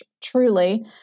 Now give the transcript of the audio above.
truly